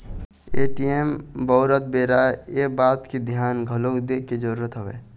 ATM बउरत बेरा ये बात के धियान घलोक दे के जरुरत हवय